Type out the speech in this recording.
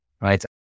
right